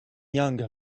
young